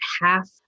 half